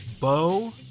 bo